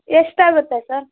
ಎಷ್ಟಾಗುತ್ತೆ ಸರ್